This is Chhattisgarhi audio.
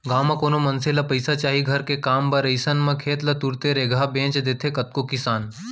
गाँव म कोनो मनसे ल पइसा चाही घर के काम बर अइसन म खेत ल तुरते रेगहा बेंच देथे कतको किसान